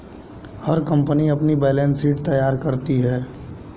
हर company अपनी balance sheet तैयार करती है